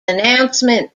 announcement